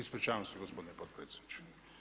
Ispričavam se gospodin potpredsjedniče.